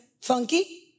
funky